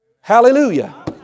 Hallelujah